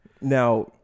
Now